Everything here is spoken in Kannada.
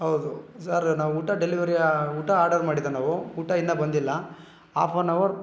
ಹೌದು ಸರ್ ನಾವು ಊಟ ಡೆಲಿವರಿಯ ಊಟ ಆರ್ಡರ್ ಮಾಡಿದ್ದೋ ನಾವು ಊಟ ಇನ್ನೂ ಬಂದಿಲ್ಲ ಆಫ್ ಅನ್ ಅವರ್